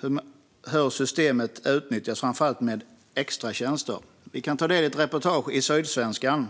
på hur systemet utvecklas, framför allt när det gäller extratjänster. Vi kan ta del av ett reportage i Sydsvenskan.